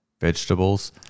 vegetables